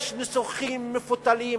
יש ניסוחים מפותלים,